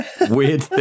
weird